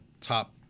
top